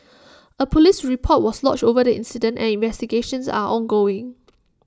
A Police report was lodged over the incident and investigations are ongoing